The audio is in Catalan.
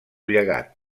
llegat